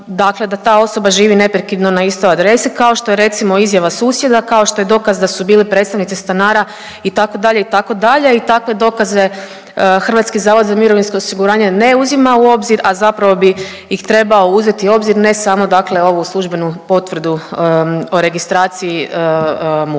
da ta osoba živi neprekidno na istoj adresi, kao što je recimo izjava susjeda, kao što dokaz da su bili predstavnici stanara, itd., itd. i takve dokaze HZMO ne uzima u obzir, a zapravo bi ih trebao uzeti u obzir, ne samo dakle ovu službenu potvrdu o registraciji